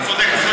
אתה צודק.